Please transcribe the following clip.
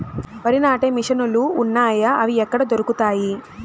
వరి నాటే మిషన్ ను లు వున్నాయా? అవి ఎక్కడ దొరుకుతాయి?